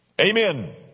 Amen